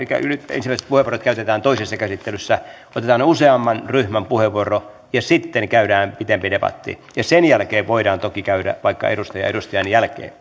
ensimmäiset puheenvuorot käytetään toisessa käsittelyssä otetaan useamman ryhmän puheenvuoro ja sitten käydään pitempi debatti ja sen jälkeen voidaan toki käydä vaikka edustaja edustajan jälkeen